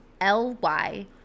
L-Y